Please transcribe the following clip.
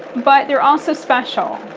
but they're all so special.